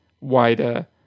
wider